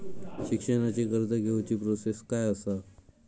शिक्षणाची कर्ज घेऊची प्रोसेस काय असा?